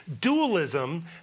dualism